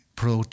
pro